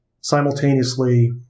simultaneously